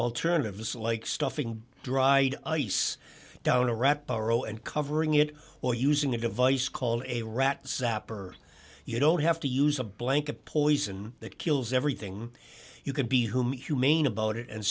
alternatives like stuffing dried ice down a rat borrow and covering it or using a device called a rat zapper you don't have to use a blanket poison that kills everything you can be whom humane about it and